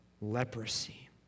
leprosy